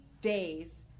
days